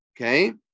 Okay